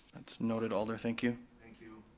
that's noted, alder, thank you. thank you.